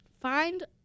Find